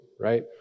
right